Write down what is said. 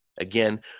again